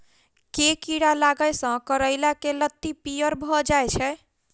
केँ कीड़ा लागै सऽ करैला केँ लत्ती पीयर भऽ जाय छै?